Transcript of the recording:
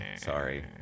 sorry